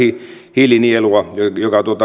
hiilinielua joka